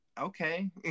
okay